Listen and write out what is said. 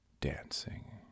dancing